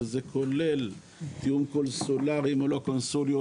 שזה כולל תיאום קונסולרי מול הקונסוליות